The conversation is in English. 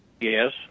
Yes